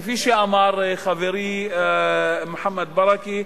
כפי שאמר חברי מוחמד ברכה,